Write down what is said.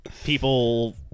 people